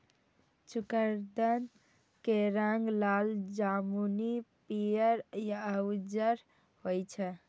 चुकंदर के रंग लाल, जामुनी, पीयर या उज्जर होइ छै